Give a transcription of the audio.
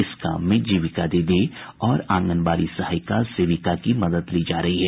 इस काम में जीविका दीदी और आंगनबाड़ी सहायिका सेविका की मदद ली जा रही है